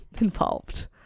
involved